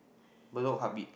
Bedok heartbeat